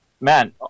man